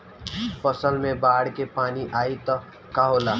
फसल मे बाढ़ के पानी आई त का होला?